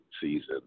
season